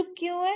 चुप क्यों है